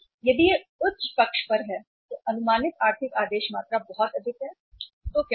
यदि यह उच्च पक्ष पर है तो अनुमानित आर्थिक आदेश मात्रा बहुत अधिक है तो क्या होगा